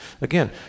Again